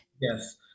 Yes